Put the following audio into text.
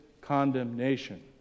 condemnation